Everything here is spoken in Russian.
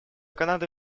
канады